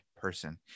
person